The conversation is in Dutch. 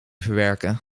verwerken